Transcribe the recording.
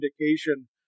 indication